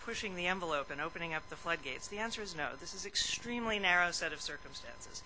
pushing the envelope and opening up the floodgates the answer is no this is extremely narrow set of circumstances